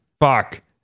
Fuck